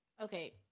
Okay